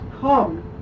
come